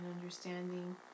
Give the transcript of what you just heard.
understanding